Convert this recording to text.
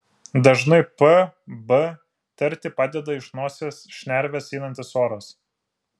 dažnai p b tarti padeda iš nosies šnervės einantis oras